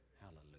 Hallelujah